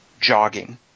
jogging